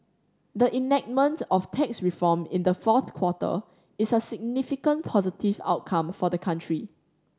the enactment of tax reform in the fourth quarter is a significant positive outcome for the country